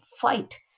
fight